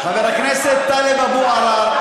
חבר הכנסת טלב אבו עראר,